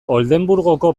oldenburgoko